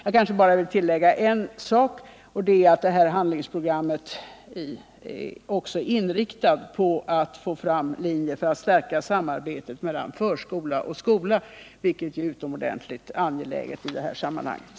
Låt mig bara, herr talman, till sist tillägga att handlingsprogrammet också är inriktat på att få fram linjer som kan stärka samarbetet mellan förskola och skola, vilket är utomordentligt angeläget i det här sammanhanget.